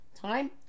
time